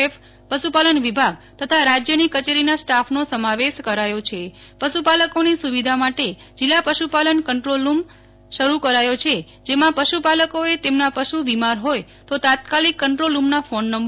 F પશુપાલન વિભાગ તથા રાજ્યની કચેરીના સ્ટાફનો સમાવેશ કરાયો છે પશુપાલકોની સુવિધા માટે જિલ્લા પશુપાલન કન્ટ્રોલરૂમ શરૂ કરાયો છે પશુપાલકોએ તેમના પશુ બીમાર હોય તો તાત્કાલિક કન્ટ્રોલરૂમના ફોન નં